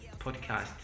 podcast